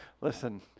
Listen